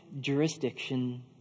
jurisdiction